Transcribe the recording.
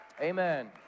amen